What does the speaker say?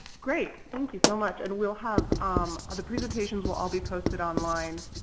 great. thank you so much. and we'll have um ah the presentations will all be posted online.